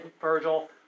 Virgil